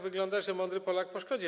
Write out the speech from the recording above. Wygląda na to, że mądry Polak po szkodzie.